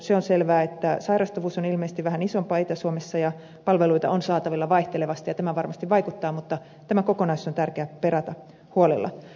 se on selvää että sairastavuus on ilmeisesti vähän isompaa itä suomessa ja palveluita on saatavilla vaihtelevasti ja tämä varmasti vaikuttaa mutta tämä kokonaisuus on tärkeä perata huolella